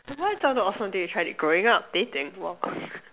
what's something awesome did you try growing up dating !wah!